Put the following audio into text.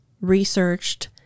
researched